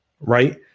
Right